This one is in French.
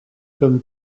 comme